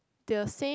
the same